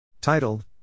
Titled